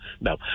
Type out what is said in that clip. no